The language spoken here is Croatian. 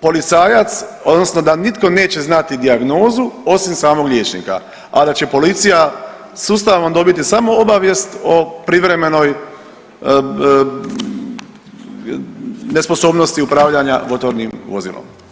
policajac, odnosno da nitko neće znati dijagnozu osim samog liječnika, a da će policija sa Ustavom samo dobiti obavijest o privremenoj nesposobnosti upravljanja motornim vozilom.